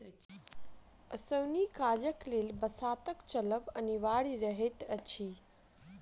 ओसौनी काजक लेल बसातक चलब अनिवार्य रहैत अछि